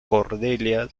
cordelia